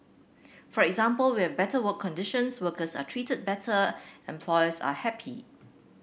for example we have better work conditions workers are treated better employers are happy